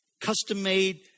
custom-made